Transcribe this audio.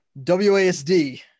wasd